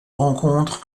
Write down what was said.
rencontres